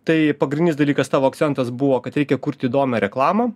tai pagrindinis dalykas tavo akcentas buvo kad reikia kurti įdomią reklamą